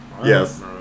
Yes